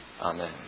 Amen